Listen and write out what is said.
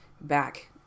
back